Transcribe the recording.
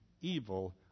evil